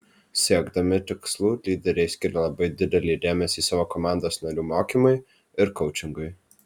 siekdami tikslų lyderiai skiria labai didelį dėmesį savo komandos narių mokymui ir koučingui